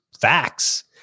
facts